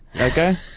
Okay